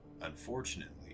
Unfortunately